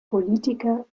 politiker